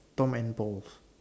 Tom and Paul